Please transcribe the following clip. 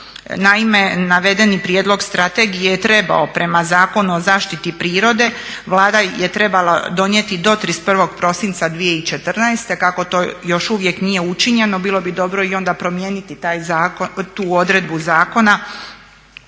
Naime, navedeni prijedlog strategije je trebao prema Zakonu o zaštiti prirode Vlada je trebala donijeti do 31. prosinca 2014. Kako to još uvijek nije učinjeno bilo bi dobro i onda promijeniti tu odredbu zakona